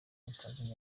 mutazi